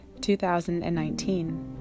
2019